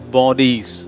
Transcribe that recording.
bodies